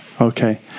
Okay